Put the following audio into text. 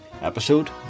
episode